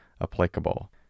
applicable